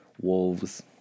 wolves